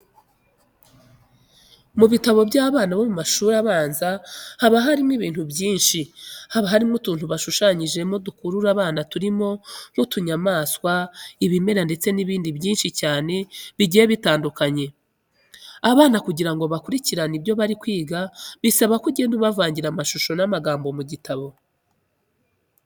Mu bitabo by'abana bo mu mashuri abanza haba harimo ibintu byinshi. Haba harimo utuntu bashushanyijemo dukurura abana turimo nk'utunyamaswa, ibimera ndetse n'ibindi binshi cyane bigiye bitandukanye. Abana kugira ngo bakurikirane ibyo bari kwiga bisaba ko ugenda ubavangira amashusho n'amagambo mu gitabo.